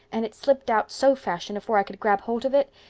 and it slipped out, so fashion, afore i could grab holt of it,